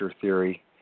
theory